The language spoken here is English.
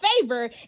favor